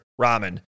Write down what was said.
ramen